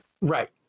right